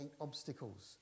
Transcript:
obstacles